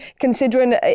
considering